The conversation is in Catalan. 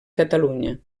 catalunya